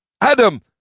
Adam